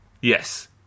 Yes